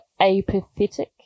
apathetic